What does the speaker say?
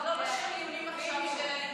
עכשיו, עם כל הכבוד, לא על השריונים של הליכוד.